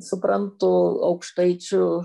suprantu aukštaičių